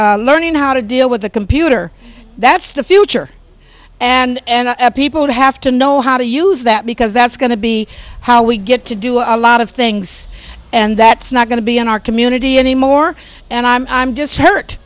that's learning how to deal with the computer that's the future and people have to know how to use that because that's going to be how we get to do a lot of things and that's not going to be in our community anymore and i'm i'm just hurt